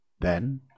Then